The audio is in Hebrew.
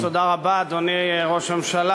אדוני היושב-ראש,